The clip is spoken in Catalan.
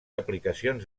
aplicacions